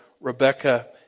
Rebecca